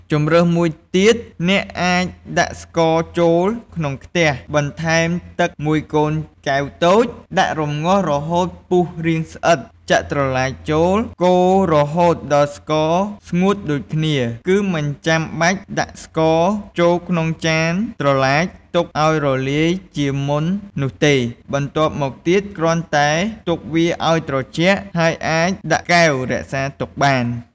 ជម្រើសមួយទៀត អ្នកអាចដាក់ស្ករចូលក្នុងខ្ទះ បន្ថែមទឹកមួយកូនកែវតូច ដាក់រំងាស់រហូតពុះរាងស្អិត ចាក់ត្រឡាចចូលកូររហូតដល់ស្ករស្ងួតដូចគ្នា គឺមិនចាំបាច់ដាក់ស្ករ ចូលក្នុងចានត្រឡាចទុកឱ្យរលាយជាមុននោះទេ បន្ទាប់មកទៀតគ្រាន់តែទុកវាឱ្យត្រជាក់ ហើយអាចដាក់កែវរក្សាទុកបាន។